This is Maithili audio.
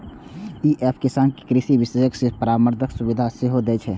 ई एप किसान कें कृषि विशेषज्ञ सं परामर्शक सुविधा सेहो दै छै